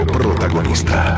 protagonista